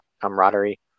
camaraderie